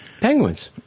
penguins